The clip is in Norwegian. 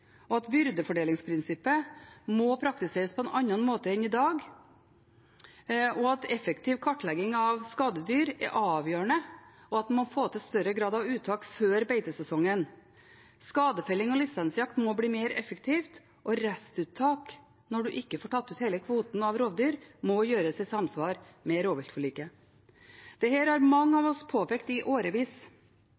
rovvilt, at byrdefordelingsprinsippet må praktiseres på en annen måte enn i dag, at effektiv kartlegging av skadedyr er avgjørende, og at en må få til større grad av uttak før beitesesongen. Skadefelling og lisensjakt må bli mer effektiv, og restuttak – når man ikke får tatt ut hele kvoten av rovdyr – må gjøres i samsvar med rovviltforliket. Dette har mange av